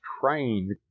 trained